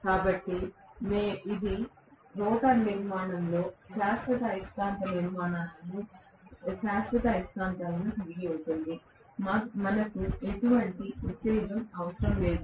కాబట్టి ఇది రోటర్ నిర్మాణంలో శాశ్వత అయస్కాంతాలను కలిగి ఉంటుంది మనకు ఎటువంటి ఉత్తేజం అవసరం లేదు